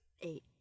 Eight